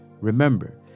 Remember